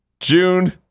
June